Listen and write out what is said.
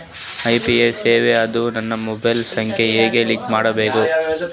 UPI ಸೇವೆ ಇಂದ ನನ್ನ ಮೊಬೈಲ್ ಸಂಖ್ಯೆ ಹೆಂಗ್ ಲಿಂಕ್ ಮಾಡಬೇಕು?